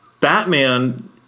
Batman